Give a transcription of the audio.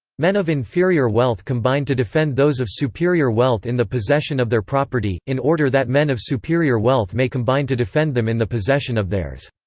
men of inferior wealth combine to defend those of superior wealth in the possession of their property, in order that men of superior wealth may combine to defend them in the possession of theirs.